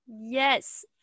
yes